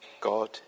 God